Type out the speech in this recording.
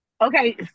Okay